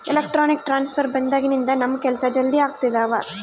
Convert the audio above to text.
electronic transfer ಬಂದಾಗಿನಿಂದ ನಮ್ ಕೆಲ್ಸ ಜಲ್ದಿ ಆಗ್ತಿದವ